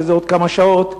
בעוד כמה שעות,